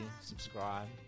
subscribe